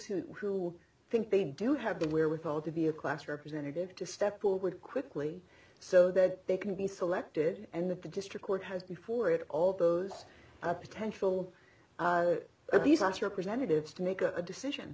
those who think they do have the wherewithal to be a class representative to step forward quickly so that they can be selected and that the district court has before it all those potential of these as you're presented have to make a decision